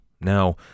Now